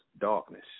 darkness